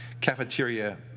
cafeteria